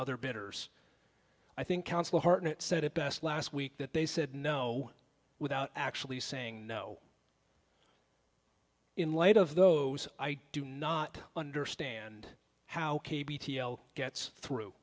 other bidders i think council hartnett said it best last week that they said no without actually saying no in light of those i do not understand how gets through